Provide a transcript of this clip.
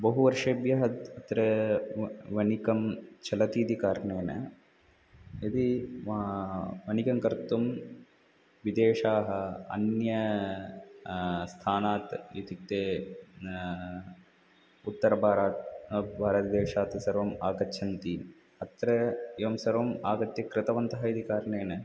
बहुवर्षेभ्यः अत्र व वनिकं चलति इति कारणेन यदि वनिकं कर्तुं विदेशाः अन्य स्थानात् इत्युक्ते उत्तरभारतात् आभारतदेशात् सर्वम् आगच्छन्ति अत्र एवं सर्वम् आगत्य कृतवन्तः इति कारणेन